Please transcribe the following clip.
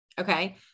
okay